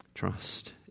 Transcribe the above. Trust